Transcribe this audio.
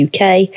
uk